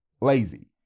lazy